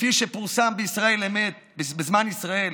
כפי שפורסם בזמן ישראל,